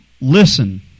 listen